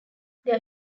there